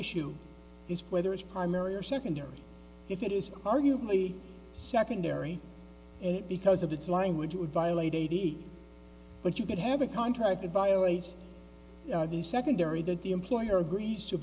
issue is whether it's primary or secondary if it is arguably secondary eight because of its language would violate eighty but you could have a contract it violates the secondary that the employer agrees to